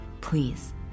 please